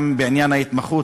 בעניין ההתמחות,